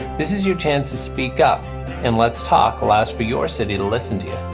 this is your chance to speak up and let's talk allows for your city to listen to you,